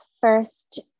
first